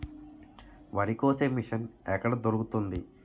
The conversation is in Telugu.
వరి కోసే మిషన్ ఎక్కడ దొరుకుతుంది?